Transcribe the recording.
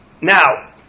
Now